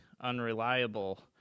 unreliable